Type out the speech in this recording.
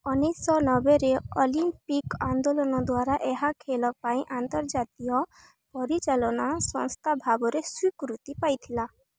ଉଣେଇଶି ଶହ ନବେରେ ଅଲିମ୍ପିକ୍ ଆନ୍ଦୋଳନ ଦ୍ୱାରା ଏହା ଖେଳ ପାଇଁ ଆନ୍ତର୍ଜାତୀୟ ପରିଚାଳନା ସଂସ୍ଥା ଭାବରେ ସ୍ୱୀକୃତି ପାଇଥିଲା